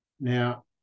now